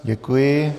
Děkuji.